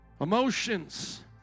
Emotions